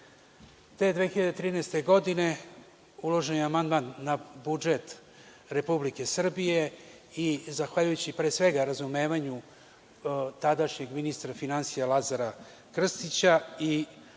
2013. godine uvažen je amandman na budžet Republike Srbije i, zahvaljujući razumevanju tadašnjeg ministra Lazara Krstića i